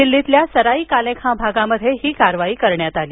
दिल्लीतील सराई काले खान भागात हि कारवाई करण्यात आली